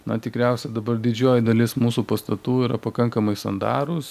na tikriausia dabar didžioji dalis mūsų pastatų yra pakankamai sandarūs